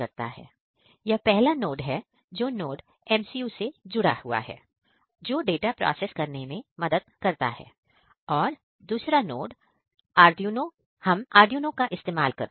यह पहला नोड है जो NodeMCU से जुड़ा हुआ है जो डाटा प्रोसेस करने में मदद करता है और दूसरा नोड मैं हम आरडूइंनो का इस्तेमाल करते हैं